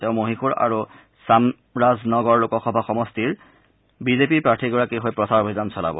তেওঁ মহীশূৰ আৰু ছামৰাজ নগৰ লোকসভা সমষ্টিৰ বিজেপিৰ প্ৰাৰ্থীগৰাকীৰ হৈ প্ৰচাৰ অভিযান চলাব